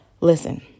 listen